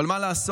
אבל מה לעשות,